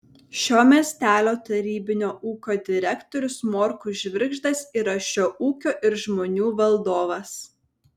šio miestelio tarybinio ūkio direktorius morkus žvirgždas yra šio ūkio ir žmonių valdovas